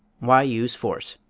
why use force?